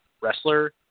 wrestler